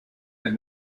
and